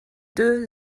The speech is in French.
deux